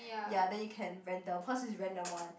ya then you can random hers is random one